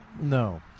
No